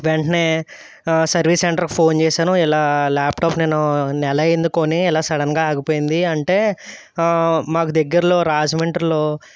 వెంటనే సర్వీస్ సెంటర్కు ఫోన్ చేసాను ఇలా ల్యాప్టాప్ నేను నెల అయింది కొని ఇలా సడన్గా ఆగిపోయింది అంటే మాకు దగ్గరలో రాజమండ్రిలో